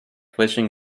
vision